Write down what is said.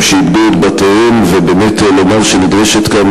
שאיבדו את בתיהם ובאמת לומר שנדרשת כאן,